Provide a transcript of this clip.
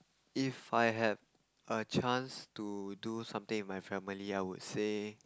if I had a chance to do something with my family I would say